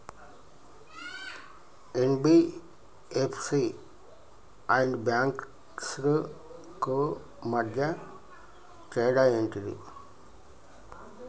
NBFC and banks కు మధ్య తేడా ఏంటిది?